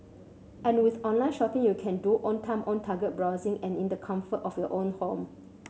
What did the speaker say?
and with online shopping you can do own time own target browsing and in the comfort of your own home